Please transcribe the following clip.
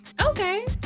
Okay